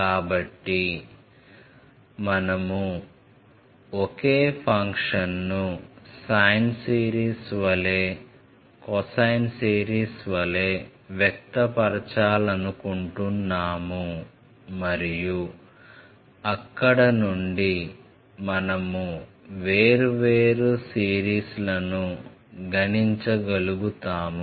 కాబట్టి మనము ఒకే ఫంక్షన్ను సైన్ సిరీస్ వలె కొసైన్ సిరీస్ వలె వ్యక్తపరచాలనుకుంటున్నాము మరియు అక్కడ నుండి మనము వేర్వేరు సిరీస్లను గణించగలుగుతాము